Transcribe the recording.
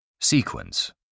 Sequence